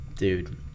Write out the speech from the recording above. Dude